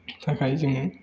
थाखाय जोङो